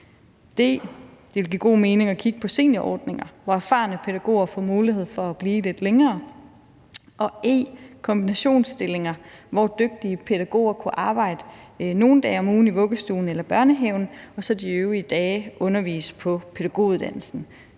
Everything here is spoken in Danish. kigge på seniorordninger ville give god mening, så erfarne pædagoger får mulighed for at blive lidt længere på arbejdsmarkedet; og e) at man kunne have kombinationsstillinger, hvor dygtige pædagoger kunne arbejde nogle dage om ugen i vuggestuen eller børnehaven og de øvrige dage undervise på pædagoguddannelsen